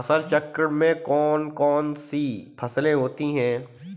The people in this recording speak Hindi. फसल चक्रण में कौन कौन सी फसलें होती हैं?